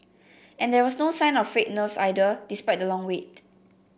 and there was no sign of frayed nerves either despite the long wait